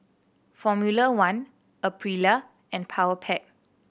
Formula One Aprilia and Powerpac